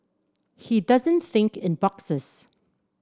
he doesn't think in boxes